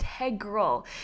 integral